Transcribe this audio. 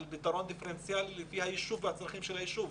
על פתרון דיפרנציאלי לפי הישוב והצרכים של הישוב.